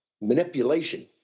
manipulation